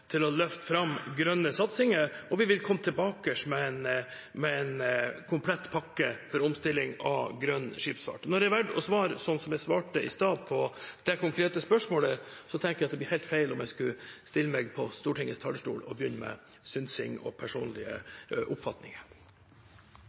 løfte fram grønne satsinger, og vi vil komme tilbake med en komplett pakke for omstilling av grønn skipsfart. Når jeg velger å svare slik jeg svarte i stad på det konkrete spørsmålet, tenker jeg at det blir helt feil om jeg skulle stille meg på Stortingets talerstol og begynne med synsing og personlige